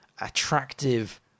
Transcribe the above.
attractive